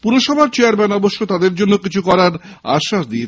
পুরসভার চেয়ারম্যান অবশ্য তাদের জন্য কিছু করার আশ্বাস দিয়েছেন